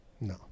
No